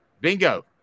bingo